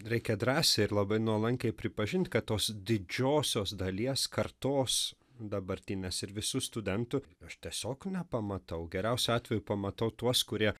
reikia drąsiai ir labai nuolankiai pripažint kad tos didžiosios dalies kartos dabartinės ir visų studentų aš tiesiog nepamatau geriausiu atveju pamatau tuos kurie